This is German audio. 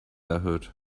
erhöht